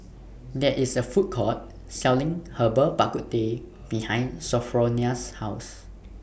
There IS A Food Court Selling Herbal Bak Ku Teh behind Sophronia's House